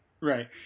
Right